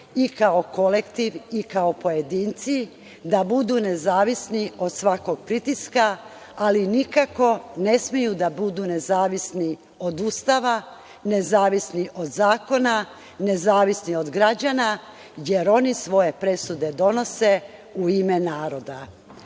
i kao kolektiv i kao pojedinci da budu nezavisni od svakog pritiska, ali nikako ne smeju da budu nezavisni od Ustava, nezavisni od zakona, nezavisni od građana, jer oni svoje presude donose u ime naroda. Naravno